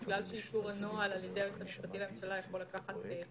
בגלל שאישור הנוהל על ידי היועץ המשפטי לממשלה יכול לקחת יום-יומיים,